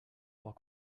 look